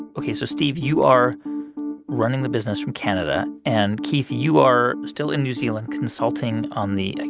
ok. so, steve, you are running the business from canada. and, keith, you are still in new zealand consulting on the, i